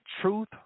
truth